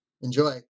enjoy